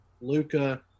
Luca